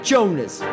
Jonas